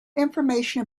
information